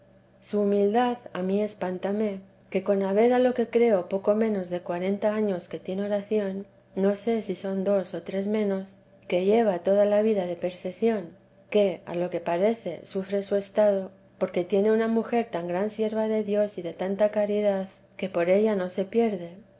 su humildad a mí espántame que con haber a lo que creo poco menos de cuarenta años que tiene oración no sé si son dos o tres menos y que lleva toda la vida de perfección que a lo que parece sufre su estado porque tiene una mujer tan gran sierva de dios y de tanta caridad que por ella no se pierde